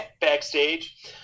backstage